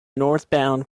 northbound